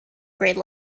grade